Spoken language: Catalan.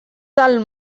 del